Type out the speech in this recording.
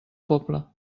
poble